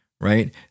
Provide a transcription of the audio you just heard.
right